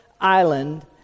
island